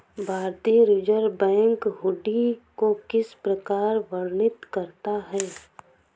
भारतीय reserve bank हुंडी को किस प्रकार वर्णित करता है?